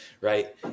Right